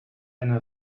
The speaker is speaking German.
eine